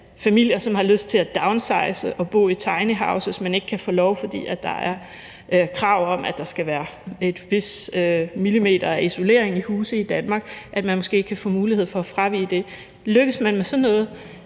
bo der, som har lyst til at downsize og bo i tinyhouses, men ikke kan få lov, fordi der er krav om, at der skal være et vist antal millimeter isolering i huse i Danmark, og så kan man måske få mulighed for at fravige det. Lykkes man med sådan noget,